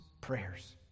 prayers